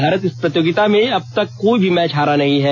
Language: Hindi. भारत इस प्रतियोगिता में अब तक कोई मैच हारा नहीं है